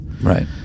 Right